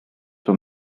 were